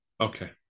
Okay